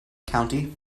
county